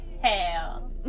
hell